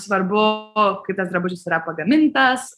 svarbu kaip tas drabužis yra pagamintas